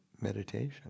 meditation